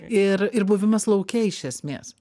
ir ir buvimas lauke iš esmės